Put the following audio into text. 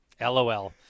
LOL